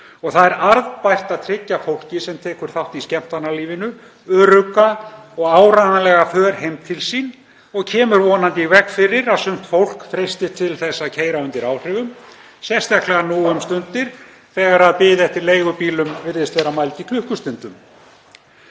og það er arðbært að tryggja fólki sem tekur þátt í skemmtanalífinu örugga og áreiðanlega för heim til sín og kemur vonandi í veg fyrir að sumt fólk freistist til að keyra undir áhrifum, sérstaklega nú um stundir þegar bið eftir leigubílum virðist vera mæld í klukkustundum.